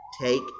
take